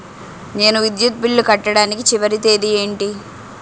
నేను విద్యుత్ బిల్లు కట్టడానికి చివరి తేదీ ఏంటి?